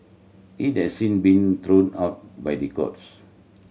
it has sin been thrown out by the courts